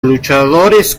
luchadores